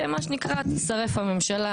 שמה שנקרא תישרף הממשלה,